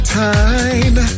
time